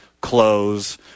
clothes